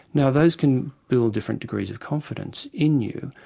now those can build different degrees of confidence in you.